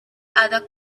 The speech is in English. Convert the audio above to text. other